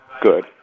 Good